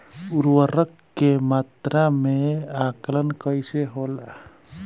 उर्वरक के मात्रा में आकलन कईसे होला?